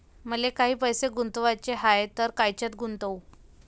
मले काही पैसे गुंतवाचे हाय तर कायच्यात गुंतवू?